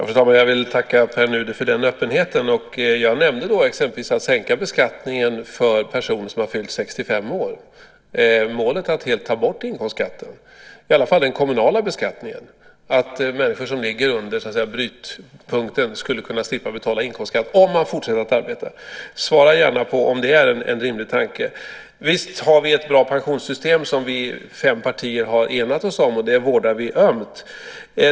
Fru talman! Jag vill tacka Pär Nuder för den öppenheten. Jag nämnde exempelvis att sänka beskattningen för personer som har fyllt 65 år med målet att helt ta bort inkomstskatten, i alla fall den kommunala beskattningen. Människor som ligger under brytpunkten skulle kunna slippa att betala inkomstskatt om man fortsätter att arbeta. Svara gärna på om det är en rimlig tanke. Visst har vi ett bra pensionssystem som vi fem partier har enat oss om, och det vårdar vi ömt.